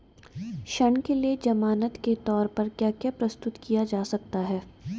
ऋण के लिए ज़मानात के तोर पर क्या क्या प्रस्तुत किया जा सकता है?